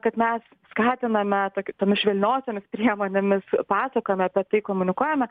kad mes skatiname kaip tomis švelniosiomis priemonėmis pasakojame apie tai komunikuojame